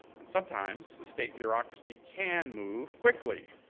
and sometimes the state bureaucracy can move quickly.